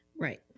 Right